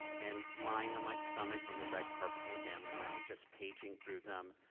and lying on my stomach on the red carpet in the family room and just paging through them,